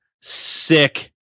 sick